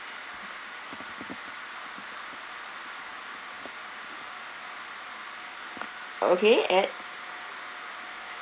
okay at